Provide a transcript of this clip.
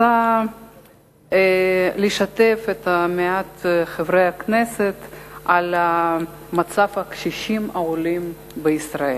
רוצה לשתף את מעט חברי הכנסת במצב הקשישים העולים בישראל.